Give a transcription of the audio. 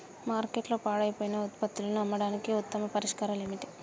మార్కెట్లో పాడైపోయిన ఉత్పత్తులను అమ్మడానికి ఉత్తమ పరిష్కారాలు ఏమిటి?